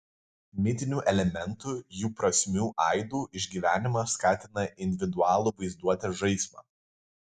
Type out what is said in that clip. mitinių elementų jų prasmių aidų išgyvenimas skatina individualų vaizduotės žaismą